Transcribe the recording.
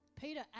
Peter